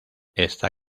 está